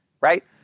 right